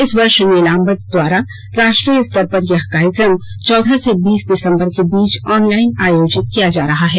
इस वर्ष नीलांबर द्वारा राष्ट्रीय स्तर का यह कार्यक्रम चौदह से बीस दिसंबर के बीच ऑनलाइन आयोजित किया जा रहा है